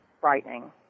frightening